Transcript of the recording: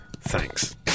Thanks